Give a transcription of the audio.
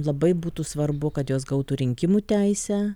labai būtų svarbu kad jos gautų rinkimų teisę